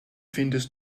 findest